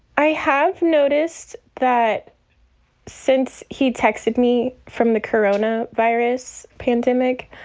i have noticed that since he texted me from the corona virus pandemic,